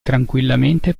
tranquillamente